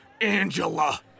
Angela